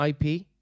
IP